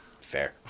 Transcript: Fair